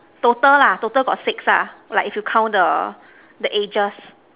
total lah total got six lah like if you count the the edges